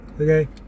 Okay